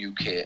UK